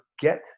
get